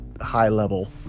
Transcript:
high-level